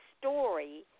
story